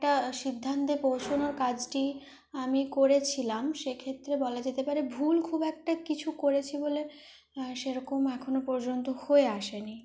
একটা সিদ্ধান্তে পৌঁছনোর কাজটি আমি করেছিলাম সে ক্ষেত্রে বলা যেতে পারে ভুল খুব একটা কিছু করেছি বলে সে রকম এখনও পর্যন্ত হয়ে আসেনি